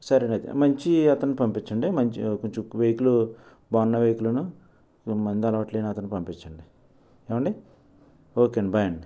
సరే అయితే మంచి అతన్ని పంపించండి మంచి కొంచెం వెహికిల్ బాగున్న వెహికల్ ఏమి మందు అలవాటు లేని అతన్ని పంపించండి ఏమండీ ఒకే బాయ్ అండి